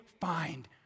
find